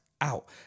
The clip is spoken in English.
out